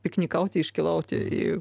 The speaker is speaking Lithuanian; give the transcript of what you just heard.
piknikauti iškylauti į